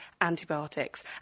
antibiotics